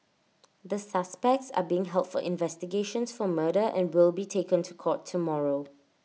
the suspects are being held for investigations for murder and will be taken to court tomorrow